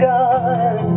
God